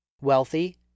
Wealthy